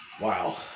Wow